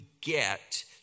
get